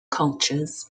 cultures